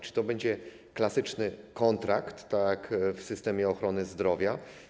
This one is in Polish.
Czy to będzie klasyczny kontrakt w systemie ochrony zdrowia?